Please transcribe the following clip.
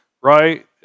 right